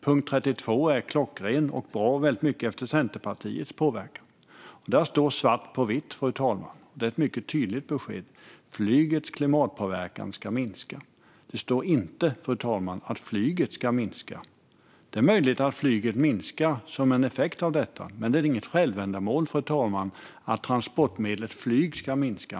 Punkt 32 är klockren och väldigt mycket efter Centerpartiets påverkan. Där står svart på vitt ett mycket tydligt besked, fru talman: Flygets klimatpåverkan ska minska. Det står dock inte, fru talman, att flyget ska minska. Det är möjligt att flyget minskar som en effekt av detta, men det är inget självändamål att transportmedlet flyg ska minska.